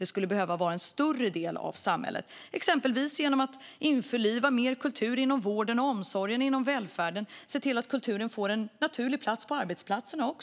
Det skulle behöva göras till en större del av samhället, exempelvis genom att införliva mer kultur inom vården och omsorgen, inom välfärden, att se till att kulturen får en naturlig plats på arbetsplatserna.